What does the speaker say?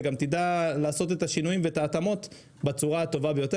וגם תדע לעשות את השינויים ואת ההתאמות בצורה הטובה ביותר.